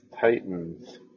Titans